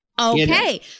Okay